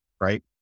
right